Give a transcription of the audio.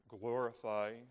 glorify